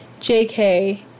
JK